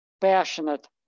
passionate